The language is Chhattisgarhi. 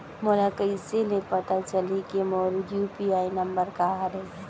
मोला कइसे ले पता चलही के मोर यू.पी.आई नंबर का हरे?